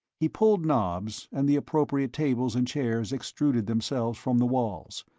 he pulled knobs and the appropriate tables and chairs extruded themselves from the walls.